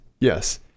yes